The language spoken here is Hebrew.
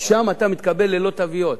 שם אתה מתקבל ללא תוויות.